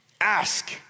Ask